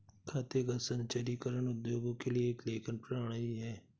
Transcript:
खाते का संचीकरण उद्योगों के लिए एक लेखन प्रणाली है